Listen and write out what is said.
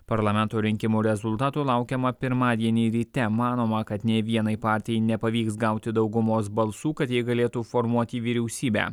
parlamento rinkimų rezultatų laukiama pirmadienį ryte manoma kad nei vienai partijai nepavyks gauti daugumos balsų kad jie galėtų formuoti vyriausybę